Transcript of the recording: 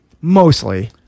mostly